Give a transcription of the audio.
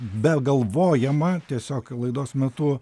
begalvojamą tiesiog laidos metu